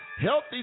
Healthy